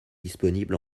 disponible